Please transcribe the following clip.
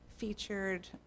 featured